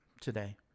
today